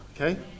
okay